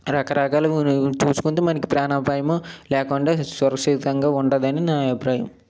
రకరకాలుగా మనం చూసుకుంటే మనకి ప్రాణాపాయం లేకుండా సురక్షితంగా ఉండదని నా అభిప్రాయం